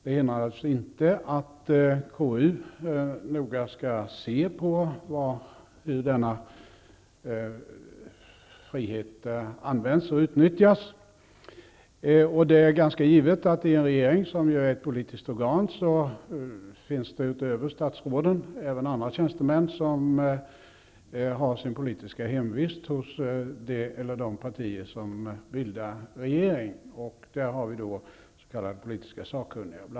Det hindrar naturligtvis inte att KU noga skall se på hur denna frihet utnyttjas. Det är givet att det i en regering, som ju är ett politiskt organ, utöver statsråden finns andra tjänstemän som har sitt politiska hemvist hos det eller de partier som bildar regeringen. Där har vi bl.a. s.k. politiskt sakkunniga.